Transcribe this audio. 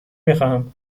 میخواهم